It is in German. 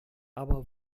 aber